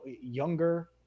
younger